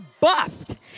bust